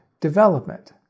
development